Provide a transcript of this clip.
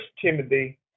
Timothy